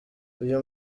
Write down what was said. uyu